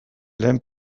lehen